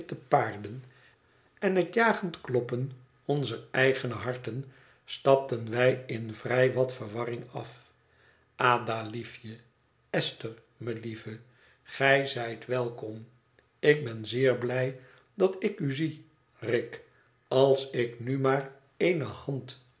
en het jagend kloppen onzer eigene harten stapten wij in vrij wat verwarring af ada liefje esthef melieve gij zijt welkom ik ben zeer blij dat ik u zie rick als ik nu maar eene hand